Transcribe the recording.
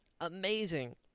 amazing